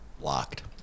locked